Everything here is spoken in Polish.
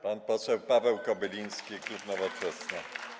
Pan poseł Paweł Kobyliński, klub Nowoczesna.